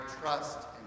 trust